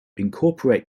incorporate